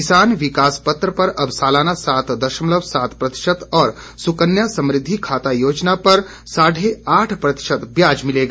किसान विकास पत्र पर अब सालाना सात दशमलव सात प्रतिशत और सुकन्या समृद्धि खाता योजना पर साढ़े आठ प्रतिशत ब्याज मिलेगा